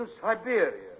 Siberia